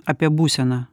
apie būseną